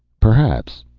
perhaps.